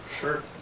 Sure